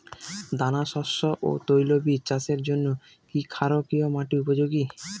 দানাশস্য ও তৈলবীজ চাষের জন্য কি ক্ষারকীয় মাটি উপযোগী?